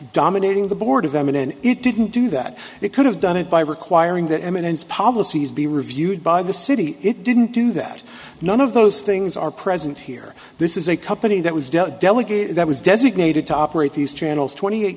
dominating the board of eminent it didn't do that it could have done it by requiring that eminence policies be reviewed by the city it didn't do that none of those things are present here this is a company that was dealt delegate that was designated to operate these channels twenty eight